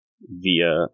via